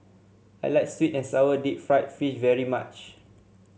I like sweet and sour Deep Fried Fish very much